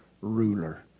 ruler